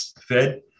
Fed